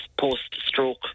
post-stroke